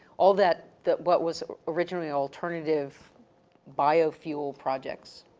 all that, the, what was originally alternative biofuel projects